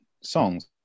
songs